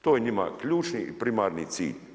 To je njima ključni i primarni cilj.